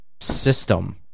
system